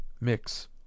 mix